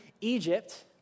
Egypt